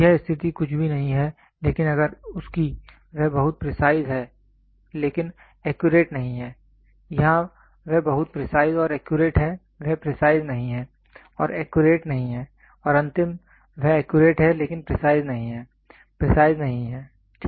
तो यह स्थिति कुछ भी नहीं है लेकिन अगर उसकी वह बहुत प्रिसाइज है लेकिन एक्यूरेट नहीं है यहां वह बहुत प्रिसाइज और एक्यूरेट है वह प्रिसाइज नहीं है और एक्यूरेट नहीं है और अंतिम वह एक्यूरेट है लेकिन प्रिसाइज नहीं है प्रिसाइज नहीं है ठीक है